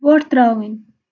وۄٹھ ترٛاوٕنۍ